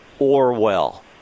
Orwell